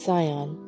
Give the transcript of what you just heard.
Sion